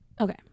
Okay